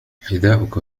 حذاءك